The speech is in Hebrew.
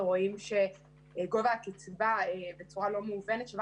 רואים שגובה הקצבה בצורה לא מהוונת שווה